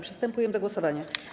Przystępujemy do głosowania.